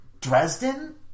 Dresden